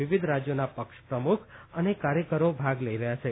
વિવિધ રાજયોના પક્ષ પ્રમુખ અને કાર્યકરો ભાગ લઈ રહયા છે